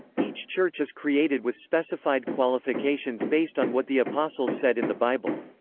each church is created with specified qualifications based on what the apostles said in the bible.